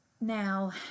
Now